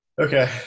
Okay